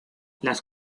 las